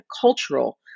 cultural